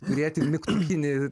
turėti mygtukinį